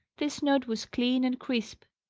this note was clean and crisp.